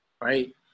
right